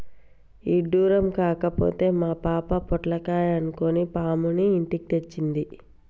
ఇడ్డురం కాకపోతే మా పాప పొట్లకాయ అనుకొని పాముని ఇంటికి తెచ్చింది